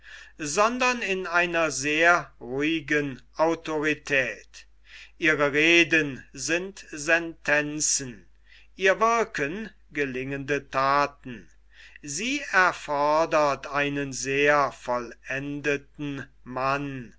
sondern in einer sehr ruhigen autorität ihre reden sind sentenzen ihr wirken gelingende thaten sie erfordert einen sehr vollendeten mann